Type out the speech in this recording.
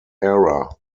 era